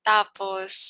Tapos